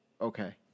okay